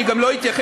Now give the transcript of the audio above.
אני גם לא אתייחס,